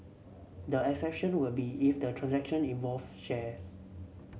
the exception will be if the transaction involved shares